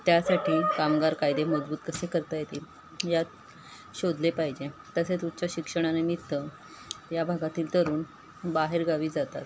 त्यासाठी कामगार कायदे मजबूत कसे करता येतील यात शोधले पाहिजे तसेच उच्च शिक्षणानिमित्त या भागातील तरुण बाहेरगावी जातात